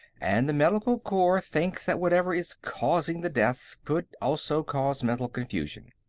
and the medical corps thinks that whatever is causing the deaths could also cause mental confusion.